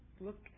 look